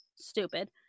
stupid